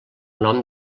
nom